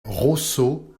rosso